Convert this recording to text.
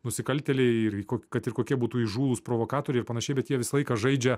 nusikaltėliai ir kad ir kokie būtų įžūlūs provokatoriai ir panašiai bet jie visą laiką žaidžia